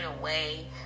away